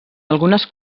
algunes